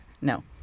No